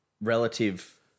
relative